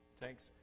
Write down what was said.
thanks